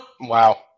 Wow